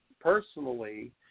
personally